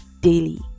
daily